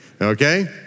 okay